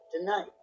tonight